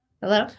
Hello